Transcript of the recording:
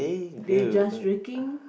they just drinking